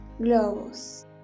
Globos